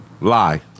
lie